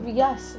yes